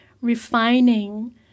refining